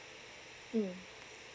mm